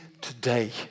today